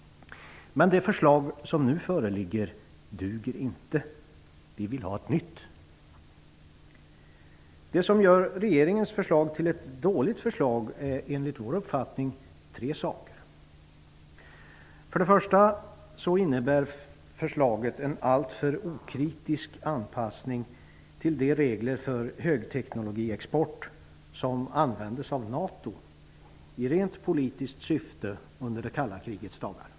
Men det förslag som nu föreligger duger inte. Vi vill ha ett nytt. Det som gör regeringens förslag till ett dåligt förslag är enligt vår uppfattning tre saker. För det första innebär förslaget en alltför okritisk anpassning till de regler för högteknologiexport som användes av NATO i rent politiskt syfte under det kalla krigets dagar.